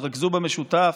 תתרכזו במשותף,